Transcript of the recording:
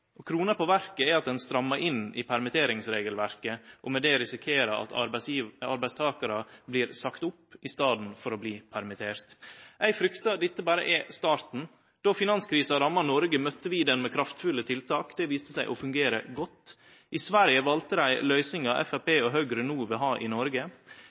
og fleire konkursar. Krona på verket er at ein strammar inn i permitteringsregelverket, og med det risikerer at arbeidstakarar blir sagde opp i staden for å bli permitterte. Eg fryktar dette berre er starten. Då finanskrisa ramma Noreg, møtte vi ho med kraftfulle tiltak. Det viste seg å fungere godt. I Sverige valde dei løysinga Framstegspartiet og Høgre no vil ha i Noreg.